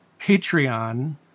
Patreon